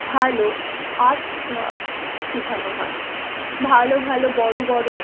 ভালো art craft শেখানো হয় ভালো ভালো বড়ো বড়ো